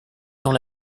dans